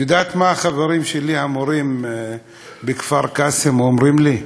את יודעת מה החברים שלי המורים בכפר-קאסם אומרים לי?